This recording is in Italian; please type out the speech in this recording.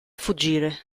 fuggire